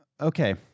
Okay